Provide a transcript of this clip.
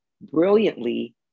brilliantly